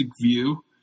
view